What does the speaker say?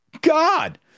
God